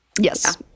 Yes